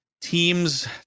teams